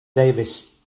davis